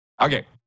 Okay